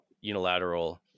unilateral